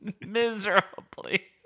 miserably